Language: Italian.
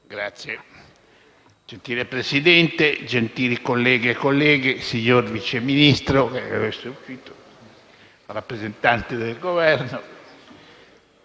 XVII)*. Gentile Presidente, gentili colleghe e colleghi, signor Vice Ministro, rappresentanti del Governo,